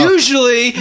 Usually